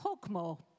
Hogmore